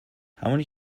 همونی